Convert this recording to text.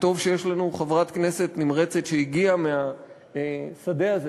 וטוב שיש לנו חברת כנסת נמרצת שהגיעה מהשדה הזה